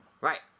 Right